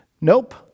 Nope